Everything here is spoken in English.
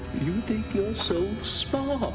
you think you're so smart.